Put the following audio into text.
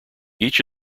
each